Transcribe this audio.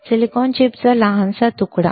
silicon चिपचा लहानसा तुकडा